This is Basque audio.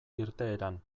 irteeran